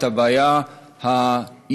את הבעיה האישית,